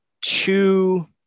two